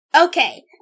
Okay